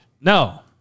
No